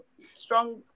strong